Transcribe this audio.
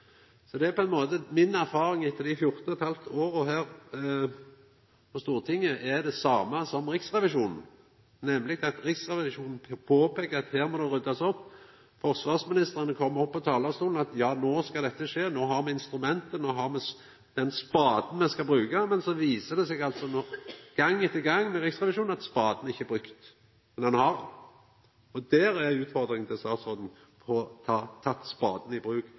Så mi erfaring etter 14 ½ år på Stortinget er den same som Riksrevisjonens, som påpeikar at her må det ryddast opp. Forsvarsministrane kjem opp på talarstolen og seier at no skal dette skje, no har me instrumenta, og no har me den spaden me skal bruka. Men så viser Riksrevisjonen gong etter gong til at spaden ikkje er brukt. Der er det ei utfordring til statsråden; å få tatt spaden i bruk,